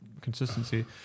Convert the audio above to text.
consistency